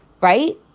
right